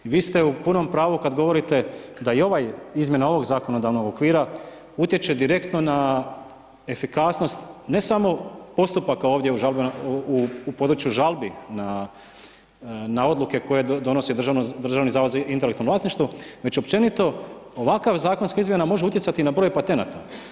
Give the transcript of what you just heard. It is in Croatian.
Vi ste u punom pravu, kad govorite da i ovaj, izmjena ovog zakonodavnog okvira utječe direktno na efikasnost, ne samo postupaka ovdje u području žalbi, na odluke koje donosi Državni zavod za intelektualno vlasništvo, već općenito ovakav zakonska izmjena može utjecati na broj patenata.